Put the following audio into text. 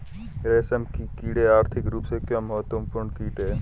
रेशम के कीड़े आर्थिक रूप से क्यों महत्वपूर्ण कीट हैं?